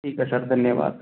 ठीक है सर धन्यवाद